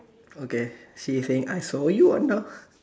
okay she's saying I saw you Anna